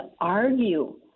argue